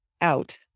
out